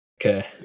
Okay